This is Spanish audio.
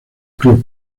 club